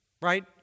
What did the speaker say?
Right